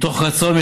מתוך רצון,